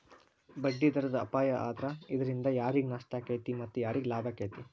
ಬಡ್ಡಿದರದ್ ಅಪಾಯಾ ಆದ್ರ ಇದ್ರಿಂದಾ ಯಾರಿಗ್ ನಷ್ಟಾಕ್ಕೇತಿ ಮತ್ತ ಯಾರಿಗ್ ಲಾಭಾಕ್ಕೇತಿ?